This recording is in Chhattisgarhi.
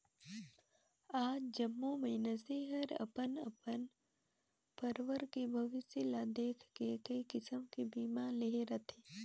आज जम्मो मइनसे हर अपन अउ अपन परवार के भविस्य ल देख के कइ किसम के बीमा लेहे रथें